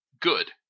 good